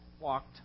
walked